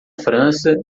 frança